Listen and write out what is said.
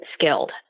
skilled